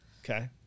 okay